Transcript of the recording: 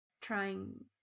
trying